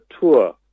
tour